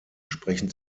sprechen